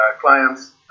clients